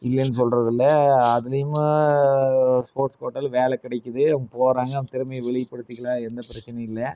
இல்லைனு சொல்வதில்ல அதுலேயும்மு ஸ்போர்ட்ஸ் கோட்டாவில் வேலை கிடைக்குது போகிறாங்க அந்த திறமையை வெளிப்படுத்திக்கலாம் எந்த பிரச்சினையும் இல்லை